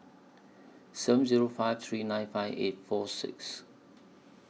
seven Zero five three nine five eight six four six